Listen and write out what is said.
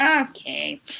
Okay